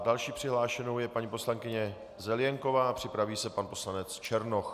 Další přihlášenou je paní poslankyně Zelienková, připraví se pan poslanec Černoch.